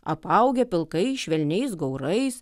apaugę pilkais švelniais gaurais